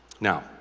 Now